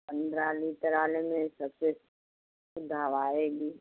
पंद्रह लीटर वाले में सबसे अच्छी हवा आएगी